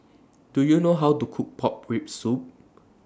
Do YOU know How to Cook Pork Rib Soup